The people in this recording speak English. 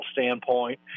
standpoint